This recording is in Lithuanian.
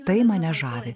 tai mane žavi